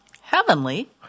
heavenly